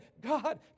God